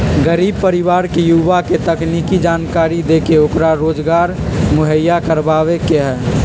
गरीब परिवार के युवा के तकनीकी जानकरी देके ओकरा रोजगार मुहैया करवावे के हई